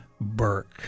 Burke